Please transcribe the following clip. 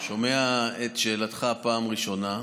אני שומע את שאלתך בפעם הראשונה.